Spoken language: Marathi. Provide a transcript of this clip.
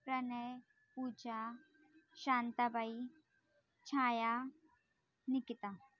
प्रनय पूजा शांताबाई छाया निकिता